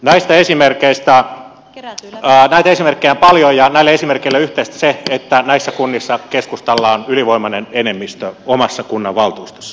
näitä esimerkkejä on paljon ja näille esimerkeille on yhteistä se että näissä kunnissa keskustalla on ylivoimainen enemmistö omassa kunnanvaltuustossa